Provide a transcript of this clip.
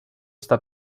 sta